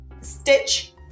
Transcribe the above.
Stitch